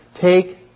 take